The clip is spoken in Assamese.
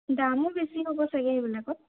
দামো বেছি হ'ব চাগে সেইবিলাকত